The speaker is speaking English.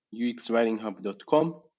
uxwritinghub.com